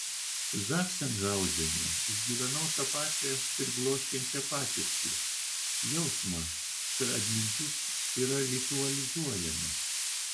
zachsenhauzene išgyvenau tą pačią pribloškiančią patirtį jausmą kad atmintis yra ritualizuojama